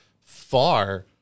far